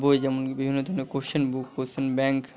বই যেমন বিভিন্ন ধরনের কোশ্চেন বুক কোশ্চেন ব্যাংক